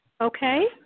Okay